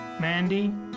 Mandy